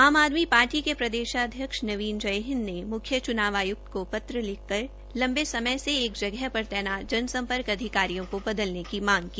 आम आदमी पार्टी के प्रदेशाध्यक्ष नवीन जयहिंद ने मुख्य चुनाव आयुक्त को पत्र लिखकर लंबे समय से एक जगह पर तैनात जन सम्पर्क अधिकारियों को बदलने की मांग की